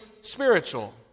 spiritual